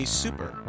super